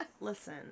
Listen